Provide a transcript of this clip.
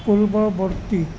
পূৰ্ৱৱৰ্তী